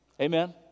Amen